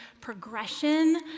progression